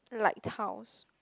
lighthouse